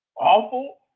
awful